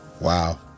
Wow